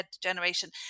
generation